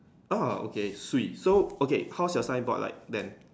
orh okay swee so okay how's your signboard like then